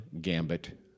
gambit